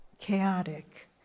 chaotic